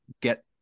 get